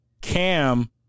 Cam